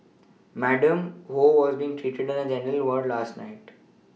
Madam Ho was being treated in a general ward last night